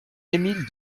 émile